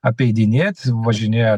apeidinėt važinėja